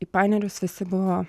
į panerius visi buvo